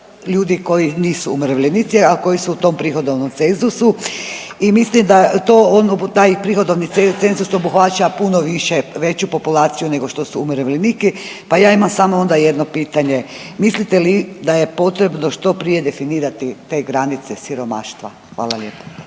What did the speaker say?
ljudi koji nisu umirovljenici, a koji su u tom prihodovnom cenzusu i mislim da to on, taj prihodovni cenzus obuhvaća puno više, veću populaciju nego što su umirovljeniki, pa ja imam samo onda jedno pitanje. Mislite li da je potrebno što prije definirati te granice siromaštva? Hvala lijepa.